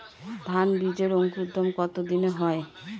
ধান বীজের অঙ্কুরোদগম কত দিনে হয়?